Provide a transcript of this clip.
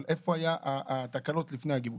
אבל איפה היו התקלות לפני הגיבוש?